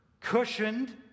cushioned